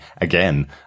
again